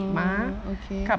orh okay